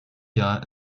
jahr